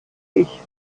ich